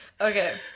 okay